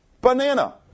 banana